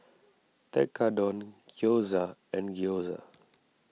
Tekkadon Gyoza and Gyoza